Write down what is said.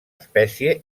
espècie